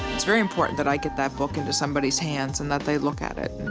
it's very important that i get that book into somebody's hands and that they look at it